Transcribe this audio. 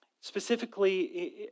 specifically